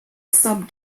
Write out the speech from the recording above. sub